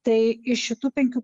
tai iš šitų penkių